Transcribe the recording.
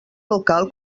local